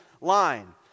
line